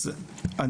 אני